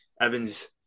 Evan's